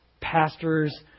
pastors